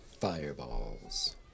Fireballs